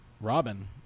Robin